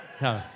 No